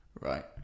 right